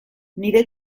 nire